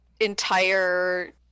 entire